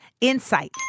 insight